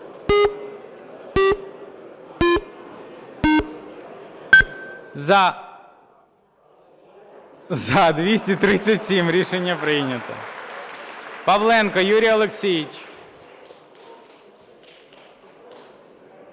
За-237 Рішення прийнято. Павленко Юрій Олексійович.